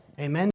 Amen